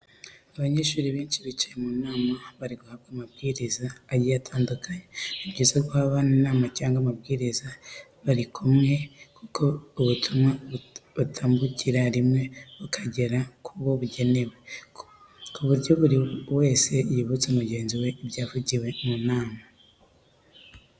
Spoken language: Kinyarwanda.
Abanyeshuri benshi bicaye mu nama, bari guhabwa amabwiriza agiye atandukanye. Ni byiza guha abana inama cyangwa amabwiriza bari kumwe kuko ubutumwa butambukira rimwe bukagera kubo bugenewe, ku buryo buri wese yibutsa mugenzi we ibyavugiwe mu nama.